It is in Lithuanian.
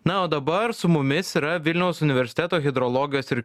na o dabar su mumis yra vilniaus universiteto hidrologijos ir